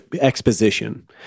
exposition